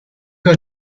her